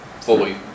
Fully